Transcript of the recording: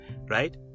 right